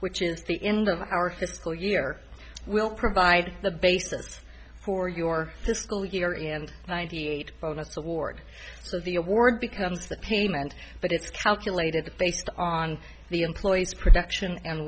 which is the end of our fiscal year will provide the basis for your fiscal year end ninety eight bonus award so the award becomes the payment but it's calculated based on the employee's production and